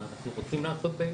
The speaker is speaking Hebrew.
אנחנו רוצים לעסוק בעניין.